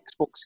Xbox